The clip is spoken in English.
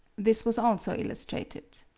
this was also illustrated.